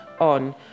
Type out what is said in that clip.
on